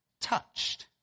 touched